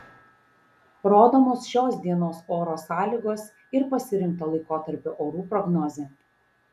rodomos šios dienos oro sąlygos ir pasirinkto laikotarpio orų prognozė